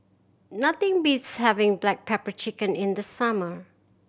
nothing beats having black pepper chicken in the summer